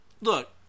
Look